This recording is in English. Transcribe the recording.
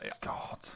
God